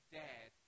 dad